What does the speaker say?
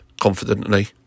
confidently